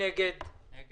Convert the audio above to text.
מסתכלים על כולם.